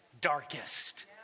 darkest